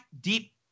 deep